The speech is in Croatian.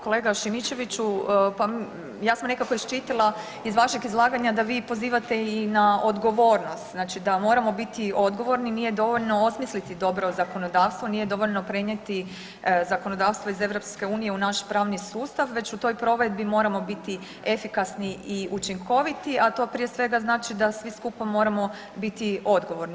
Kolega Šimičeviću, pa ja sam nekako iščitala iz vašeg izlaganja da vi pozivate i na odgovornost, znači da moramo biti i odgovorni, nije dovoljno osmisliti dobro zakonodavstvo, nije dovoljno prenijeti zakonodavstvo iz EU u naš pravni sustav već u toj provedbi moramo biti efikasni i učinkoviti, a to prije svega znači da svi skupa moramo biti odgovorni.